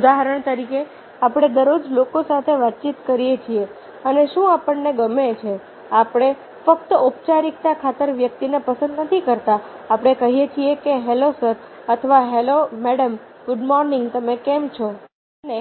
ઉદાહરણ તરીકે આપણે દરરોજ લોકો સાથે વાતચીત કરીએ છીએ અને શું આપણને ગમે છે આપણે ફક્ત ઔપચારિકતા ખાતર વ્યક્તિને પસંદ નથી કરતા આપણે કહીએ છીએ કે હેલો સર અથવા હેલો મેડમ ગુડ મોર્નિંગ તમે કેમ છો અને